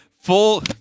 full –